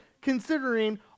considering